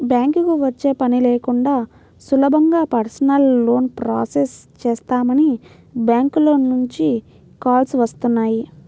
బ్యాంకుకి వచ్చే పని లేకుండా సులభంగా పర్సనల్ లోన్ ప్రాసెస్ చేస్తామని బ్యాంకుల నుంచి కాల్స్ వస్తున్నాయి